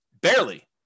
Barely